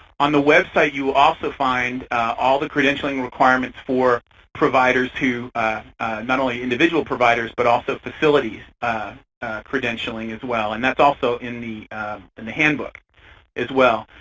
on the website you also find all the credentialing requirements for providers who not only individual providers, but also facility credentialing as well. and that's also in the and the handbook as well.